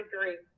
agree